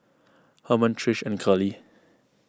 Hermann Trish and Curley